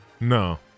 No